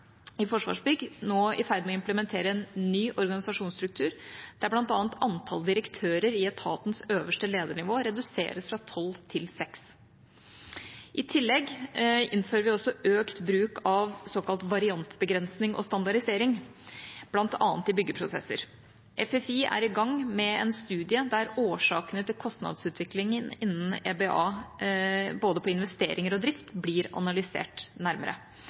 i Forsvarsbygg nå i ferd med å implementere en ny organisasjonsstruktur der bl.a. antall direktører i etatens øverste ledernivå reduseres fra tolv til seks. I tillegg innfører vi også økt bruk av såkalt variantbegrensning og standardisering bl.a. i byggeprosesser. FFI er i gang med en studie der årsakene til kostnadsutviklingen innen EBA, både på investeringer og drift, blir analysert nærmere.